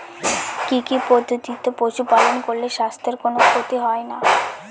কি কি পদ্ধতিতে পশু পালন করলে স্বাস্থ্যের কোন ক্ষতি হয় না?